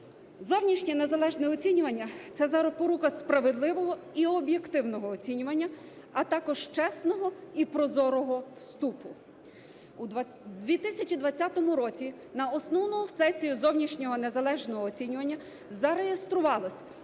Зовнішнє незалежне оцінювання – це запорука справедливого і об'єктивного оцінювання, а також чесного і прозорого вступу. У 2020 році на основну сесію зовнішнього